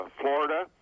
Florida